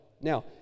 Now